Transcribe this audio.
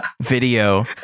video